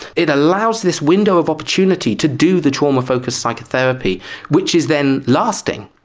it allows this window of opportunity to do the trauma focused psychotherapy which is then lasting.